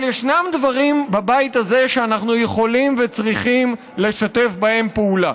אבל ישנם דברים בבית הזה שאנחנו יכולים וצריכים לשתף בהם פעולה.